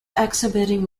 exhibiting